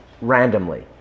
randomly